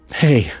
hey